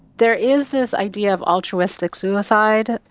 there is this idea of altruistic suicide,